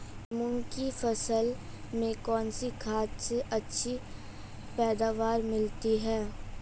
मूंग की फसल में कौनसी खाद से अच्छी पैदावार मिलती है?